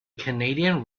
canadian